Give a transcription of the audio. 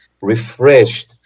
refreshed